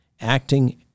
acting